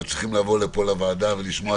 אנחנו צריכים לבוא לפה לוועדה ולשמוע